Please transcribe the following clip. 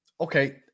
Okay